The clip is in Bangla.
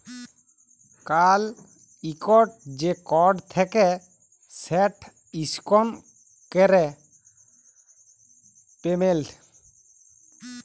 কাল ইকট যে কড থ্যাকে সেট ইসক্যান ক্যরে পেমেল্ট